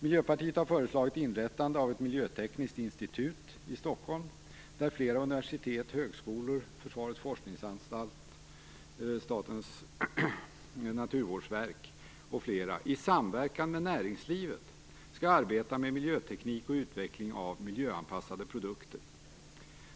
Miljöpartiet har föreslagit inrättande av ett miljötekniskt institut i Stockholm där flera universitet, högskolor, Försvarets forskningsanstalt och Statens naturvårdsverk m.fl. i samverkan med näringslivet skall arbeta med miljöteknik och utveckling av miljöanpassade produkter.